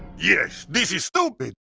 yes, this is stupid.